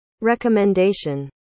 recommendation